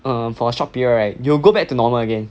err for short period right you will go back to normal again